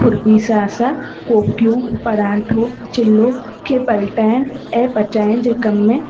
खुरपी सां असां कोकियूं परांठो चिलो खे पलटाइण ऐं पचाइण जे कम में